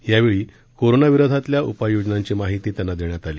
यावेळी कोरोनाविरोधातल्या उपाययोजनांची माहिती त्यांना देण्यात आली